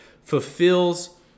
fulfills